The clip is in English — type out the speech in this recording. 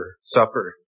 Supper